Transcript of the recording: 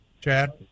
Chad